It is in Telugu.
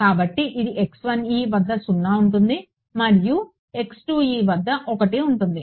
కాబట్టి ఇది వద్ద 0 ఉంటుంది మరియు వద్ద విలువ 1 ఉంటుంది